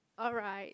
alright